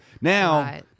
Now